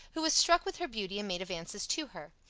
who was struck with her beauty and made advances to her.